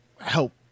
help